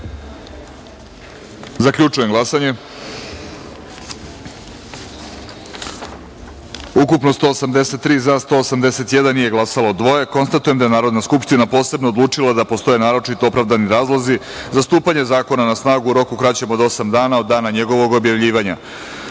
glasanje: ukupno – 183, za – 181, nije glasalo –dvoje. Konstatujem da je Narodna skupština posebno odlučila da postoje naročito opravdani razlozi za stupanje zakona na snagu u roku kraćem od osam dana od dana objavljivanja. Sada